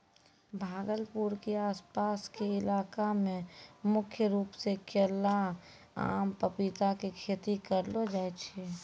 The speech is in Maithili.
भागलपुर के आस पास के इलाका मॅ मुख्य रूप सॅ केला, आम, पपीता के खेती करलो जाय छै